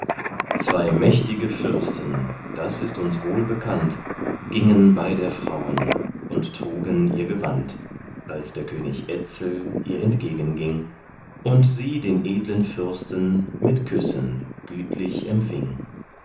zwei mächtige fürsten das ist uns wohlbekannt gingen bei der frauen und trugen ihr gewand als der könig etzel ihr entgegenging und sie den edlen fürsten mit küssen gütlich empfing